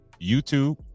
YouTube